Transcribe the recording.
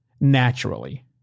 naturally